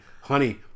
honey